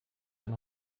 ein